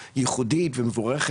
שהחליף אותי וניהל את הדיון,